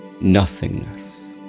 nothingness